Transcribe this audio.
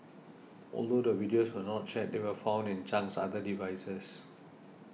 although the videos were not shared they were found in Chang's other devices